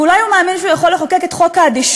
ואולי הוא מאמין שהוא יכול לחוקק את חוק האדישות,